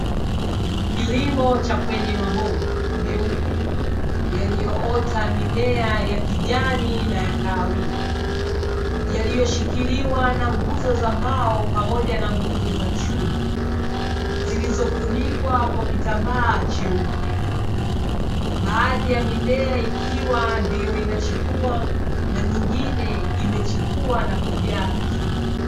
Kilimo cha kwenye mabomba meupe, yaliyoota mimea yakijani na yakahawia, yaliyoshikiliwa na nguzo za mbao pamoja na nguzo za chuma zilizofunikwa kwa kitambaa cheupe, baadhi ya mimea ikiwa ndio ina chipua na mingine imechipua nakujaa vizuri.